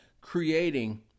creating